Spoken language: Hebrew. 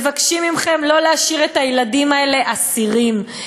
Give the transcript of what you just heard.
מבקשים ממכם שלא להשאיר את הילדים האלה אסירים.